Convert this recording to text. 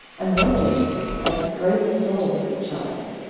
and wondered at the great soul of the child.